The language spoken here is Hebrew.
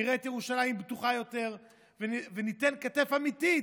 נראה את ירושלים בטוחה יותר וניתן כתף באמת,